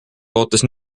lootes